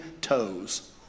toes